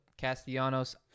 Castellanos